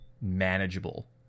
manageable